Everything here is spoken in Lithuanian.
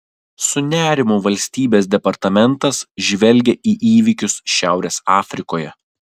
su nerimu valstybės departamentas žvelgia į įvykius šiaurės afrikoje